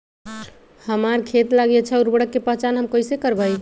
हमार खेत लागी अच्छा उर्वरक के पहचान हम कैसे करवाई?